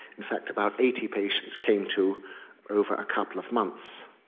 in fact about eighty patients came to over a couple of months.